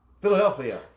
Philadelphia